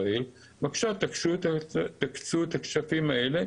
שיכולה להגיד: קחו את התרופה שלי על סמך זה שמוישה לקח וזה עזר לו,